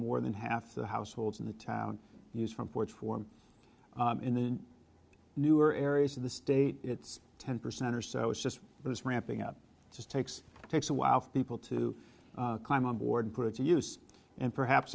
more than half the households in the town use front porch form in the newer areas of the state it's ten percent or so it's just that it's ramping up just takes takes a while for people to climb on board put it to use and perhaps